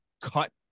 cut